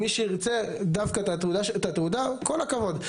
מי שירצה דווקא את התעודה, כל הכבוד.